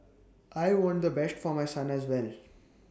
I want the best for my son as well